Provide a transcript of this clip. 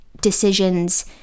decisions